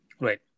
Right